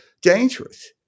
dangerous